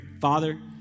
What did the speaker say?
Father